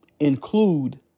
Include